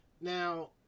Now